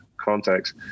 context